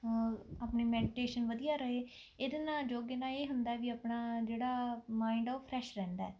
ਆਪਣੀ ਮੈਡੀਟੇਸ਼ਨ ਵਧੀਆ ਰਹੇ ਇਹਦੇ ਨਾਲ ਯੋਗਾ ਨਾਲ ਇਹ ਹੁੰਦਾ ਵੀ ਆਪਣਾ ਜਿਹੜਾ ਮਾਈਂਡ ਆ ਉਹ ਫਰੈਸ਼ ਰਹਿੰਦਾ ਹੈ